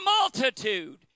multitude